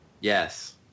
yes